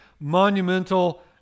monumental